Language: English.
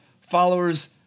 followers